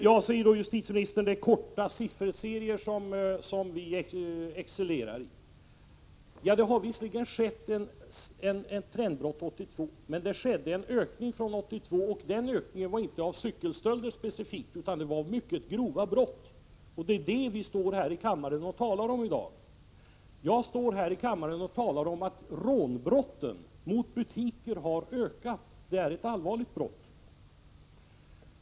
Så säger justitieministern att vi excellerar i korta sifferserier. Det blev visserligen ett trendbrott 1982, men det noterades en ökning 1982 och den ökningen gällde inte specifikt cykelstölder utan mycket grova brott. Det är det vi talar om i dag här i kammaren. Jag talar om att rånbrotten mot butiker har ökat, och det är ett allvarligt brott.